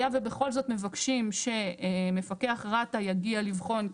היה ובכל זאת מבקשים שמפקח רת"א יגיע לבחון,